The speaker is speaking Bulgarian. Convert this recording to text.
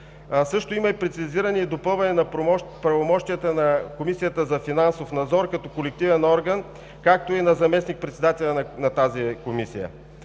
Също има и прецизиране и допълване на правомощията на Комисията за финансов надзор като колективен орган, както и на заместник председателя на тази Комисия